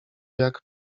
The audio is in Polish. jak